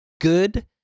good